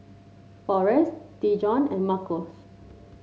Forest Dejon and Marcos